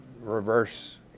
reverse